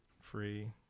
Free